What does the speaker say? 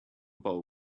bowl